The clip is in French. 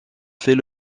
fait